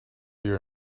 your